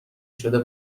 شده